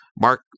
Mark